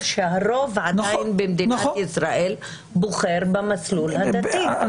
שהרוב במדינת ישראל עדיין בוחר במסלול הדתי.